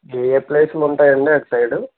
ఏయే ప్లేసులు ఉంటాయి అండి అటు సైడు